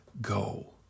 go